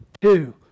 two